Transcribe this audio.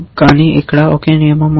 కానీ ఇక్కడ ఒకే నియమం ఉంది